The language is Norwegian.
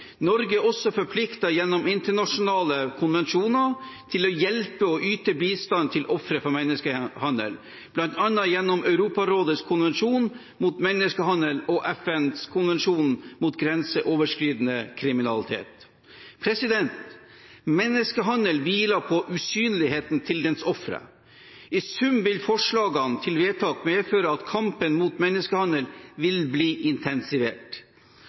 Norge er også gjennom internasjonale konvensjoner forpliktet til å hjelpe og yte bistand til ofre for menneskehandel, bl.a. gjennom Europarådets konvensjon mot menneskehandel og FNs konvensjon mot grenseoverskridende organisert kriminalitet. Menneskehandel hviler på usynligheten til dens ofre. I sum vil forslagene til vedtak medføre at kampen mot menneskehandel vil bli intensivert,